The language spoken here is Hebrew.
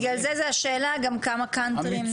זה לא התפקיד --- בגלל זה השאלה גם כמה קאנטרי נכללים.